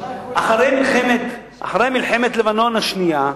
אחרי מלחמת לבנון השנייה,